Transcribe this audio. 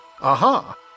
Aha